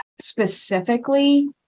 specifically